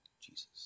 Jesus